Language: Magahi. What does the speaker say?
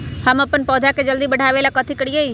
हम अपन पौधा के जल्दी बाढ़आवेला कथि करिए?